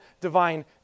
divine